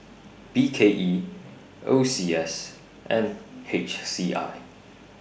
B K E O C S and H C I